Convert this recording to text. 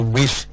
wish